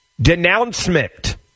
denouncement